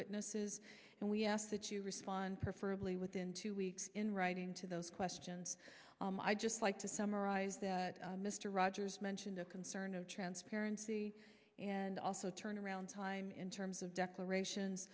witnesses and we ask that you respond peripherally within two weeks in writing to those questions i just like to summarize that mr rogers mentioned the concern of transparency and also turnaround time in terms of declarations